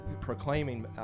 proclaiming